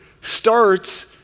starts